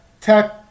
tech